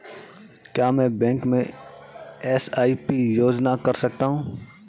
क्या मैं बैंक में एस.आई.पी योजना कर सकता हूँ?